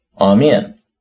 Amen